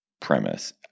premise –